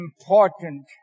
important